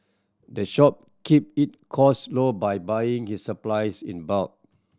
the shop keep it costs low by buying its supplies in bulk